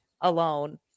alone